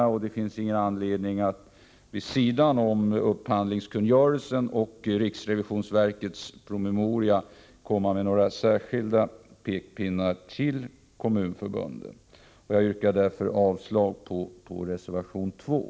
Det finns därför ingen som helst anledning att vid sidan av upphandlingskungörelsen och riksrevisionsverkets promemoria komma med några särskilda pekpinnar till kommunförbunden. Jag yrkar därför avslag på reservation 2.